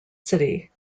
city